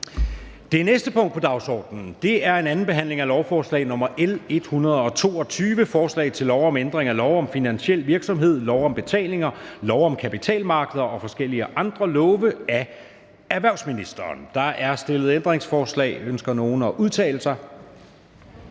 Det næste punkt på dagsordenen er: 7) 2. behandling af lovforslag nr. L 122: Forslag til lov om ændring af lov om finansiel virksomhed, lov om betalinger, lov om kapitalmarkeder og forskellige andre love. (Tilsyn efter forordning om digital operationel